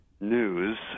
news